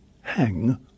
hang